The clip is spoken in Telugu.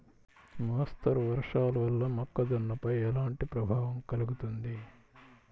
మోస్తరు వర్షాలు వల్ల మొక్కజొన్నపై ఎలాంటి ప్రభావం కలుగుతుంది?